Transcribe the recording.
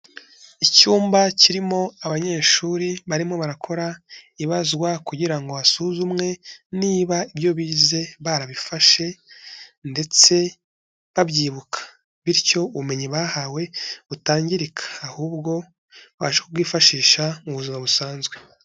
Icyumba kirimo abanyeshuri barimo barakora ibazwa kugira ngo hasuzumwe niba ibyo bize barabifashe ndetse babyibuka, bityo ubumenyi bahawe butangirika, ahubwo babashe kubwifashisha mu buzima busanzwe.